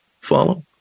follow